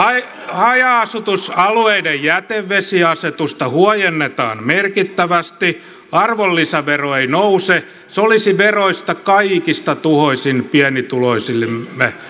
haja asutusalueiden jätevesiasetusta huojennetaan merkittävästi arvonlisävero ei nouse veroista kaikista tuhoisin pienituloisillemme